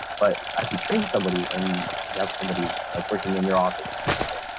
but if you train somebody and you have somebody like working in your office, for example,